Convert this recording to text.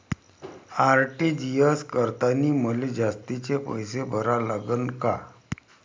RTGS करतांनी मले जास्तीचे पैसे भरा लागन का?